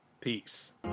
peace